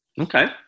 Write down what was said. okay